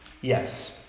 Yes